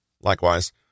Likewise